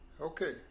Okay